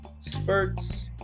spurts